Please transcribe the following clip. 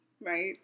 right